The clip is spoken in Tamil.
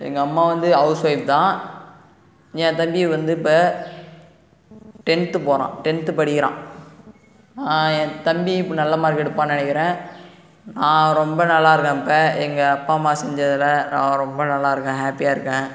எங்கள் அம்மா வந்து ஹவுஸ் ஒய்ஃப் தான் என் தம்பி வந்து இப்ப டென்த் போகிறான் டென்த் படிக்கிறான் என் தம்பி இப்ப நல்ல மார்க் எடுப்பான்னு நினைக்கிறேன் நான் ரொம்ப நல்லா இருக்கேன் இப்ப எங்கள் அப்பா அம்மா செஞ்சதில் நான் ரொம்ப நல்லா இருக்கேன் ஹாப்பியாக இருக்கேன்